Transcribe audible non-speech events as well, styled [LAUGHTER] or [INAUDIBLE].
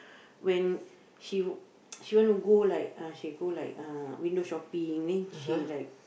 when she [NOISE] she wanna go like uh she go like uh window shopping then she like